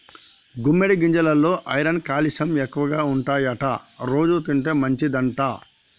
గుమ్మడి గింజెలల్లో iron calcium ఎక్కువుంటాయట రోజు తింటే మంచిదంట